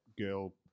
girl